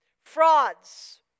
Frauds